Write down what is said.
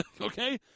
Okay